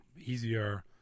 easier